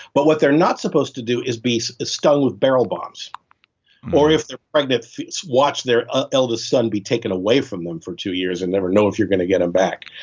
but what they're not supposed to do is be a stoned with barrel bombs or if they're pregnant watch their ah eldest son be taken away from them for two years and never know if you're going to get him back.